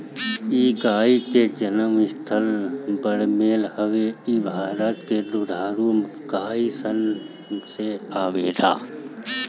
इ गाई के जनम स्थल बाड़मेर हवे इ भारत के दुधारू गाई सन में आवेले